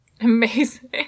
Amazing